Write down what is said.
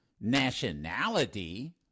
nationality